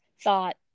thought